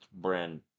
brand